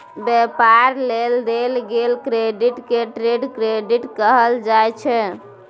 व्यापार लेल देल गेल क्रेडिट के ट्रेड क्रेडिट कहल जाइ छै